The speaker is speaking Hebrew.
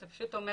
זה פשוט אומר